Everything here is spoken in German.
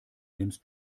nimmst